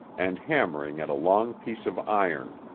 and hammering at a long piece of iron.